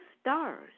stars